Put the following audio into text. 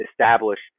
established